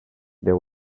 there